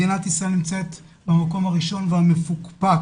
מדינת ישראל נמצאת במקום הראשון והמפוקפק